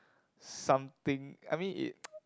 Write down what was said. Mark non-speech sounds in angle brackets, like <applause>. something I mean it <noise>